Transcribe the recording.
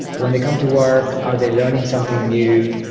when they come to work, are they learning something new?